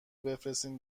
بفرستین